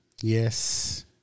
Yes